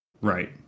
right